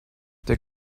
der